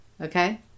Okay